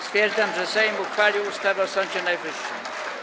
Stwierdzam, że Sejm uchwalił ustawę o Sądzie Najwyższym.